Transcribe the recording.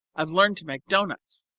i've learned to make doughnuts.